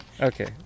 Okay